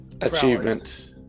achievement